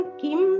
kim